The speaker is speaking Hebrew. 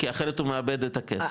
כי אחרת הוא מאבד את הכסף.